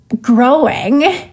growing